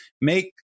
make